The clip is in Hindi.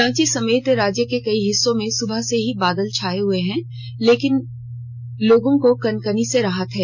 रांची समेत राज्य के कई हिस्सों में सुबह से ही बादल छाये हुए हैं लेकिन लोगों को कनकनी से राहत है